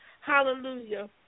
hallelujah